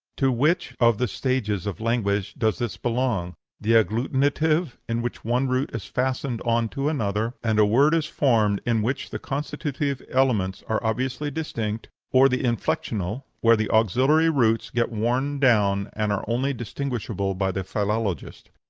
to which of the stages of language does this belong the agglutinative, in which one root is fastened on to another, and a word is formed in which the constitutive elements are obviously distinct, or the inflexional, where the auxiliary roots get worn down and are only distinguishable by the philologist?